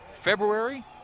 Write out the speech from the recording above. February